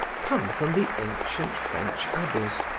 come from the ancient french abbeys.